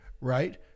right